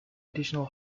additional